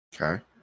Okay